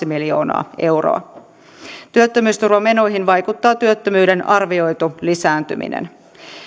miljoonaa euroa työttömyysturvamenoihin vaikuttaa työttömyyden arvioitu lisääntyminen